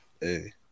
Hey